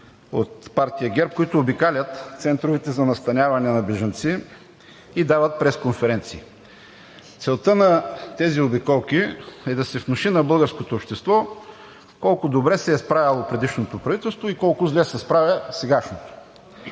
от партия ГЕРБ, които обикалят центровете за настояване на бежанци и дават пресконференции. Целта на тези обиколки е да се внуши на българското общество колко добре се е справяло предишното правителство и колко зле се справя сегашното.